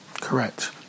correct